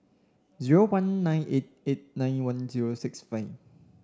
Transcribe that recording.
zero one nine eight eight nine one zero six five